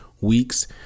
weeks